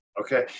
Okay